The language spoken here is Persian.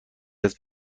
است